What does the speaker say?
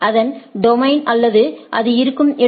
அதன் டொமைன் அல்லது அது இருக்கும் இடத்தில்